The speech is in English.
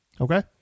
Okay